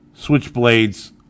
Switchblades